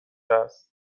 است